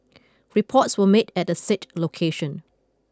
reports were made at the said location